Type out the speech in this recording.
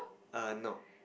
err no